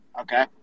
Okay